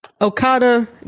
Okada